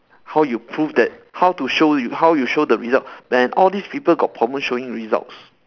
how you prove that how to show you how you show the result when all this people got problems showing results